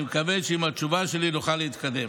אני מקווה שעם התשובה שלי נוכל להתקדם.